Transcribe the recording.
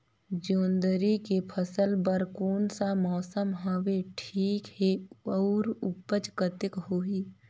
जोंदरी के फसल बर कोन सा मौसम हवे ठीक हे अउर ऊपज कतेक होही?